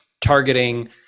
targeting